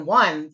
one